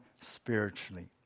spiritually